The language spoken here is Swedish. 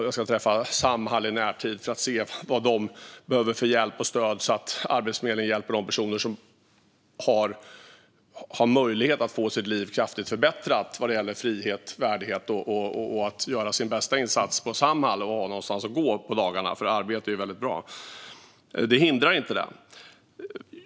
Jag ska träffa Samhall i närtid för att se vad de behöver för hjälp och stöd, så att Arbetsförmedlingen hjälper de personer som har möjlighet till ett kraftigt förbättrat liv vad gäller frihet och värdighet genom att göra sin bästa insats på Samhall. Det handlar om att ha någonstans att gå på dagarna. Arbete är väldigt bra. Det hindrar alltså inte detta.